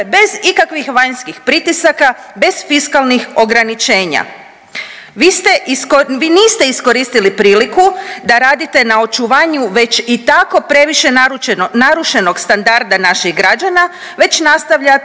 bez ikakvih vanjskih pritisaka, bez fiskalnih ograničenja. Vi niste iskoristili priliku da radite na očuvanju već i tako previše narušenog standarda naših građana već nastavljate